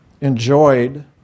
enjoyed